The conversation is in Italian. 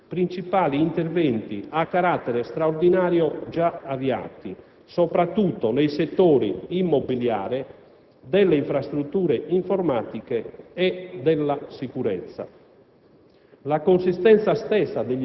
e ai rilevanti principali interventi a carattere straordinario già avviati, soprattutto nei settori immobiliare, delle infrastrutture informatiche e della sicurezza.